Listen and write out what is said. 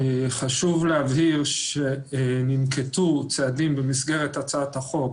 חשוב להבהיר שננקטו צעדים במסגרת הצעת החוק